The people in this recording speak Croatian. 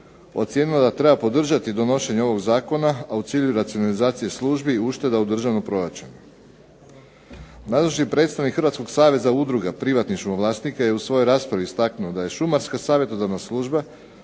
ocijenila da treba podržati donošenje ovog zakona a u cilju racionalizacije službi i ušteda u državnom proračunu. Nadležni predstavnik Hrvatskog saveza udruga privatnih šumo vlasnika je u svojoj raspravi istaknuo da je šumarska savjetodavna služba